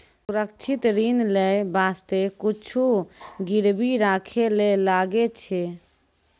सुरक्षित ऋण लेय बासते कुछु गिरबी राखै ले लागै छै